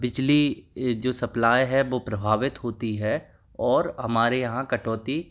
बिजली जो सप्लाए है वो प्रभावित होती है और हमारे यहाँ कटौती